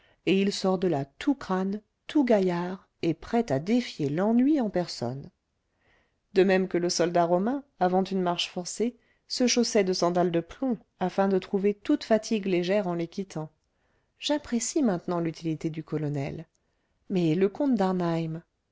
et il sort de là tout crâne tout gaillard et prêt à défier l'ennui en personne de même que le soldat romain avant une marche forcée se chaussait de sandales de plomb afin de trouver toute fatigue légère en les quittant j'apprécie maintenant l'utilité du colonel mais le comte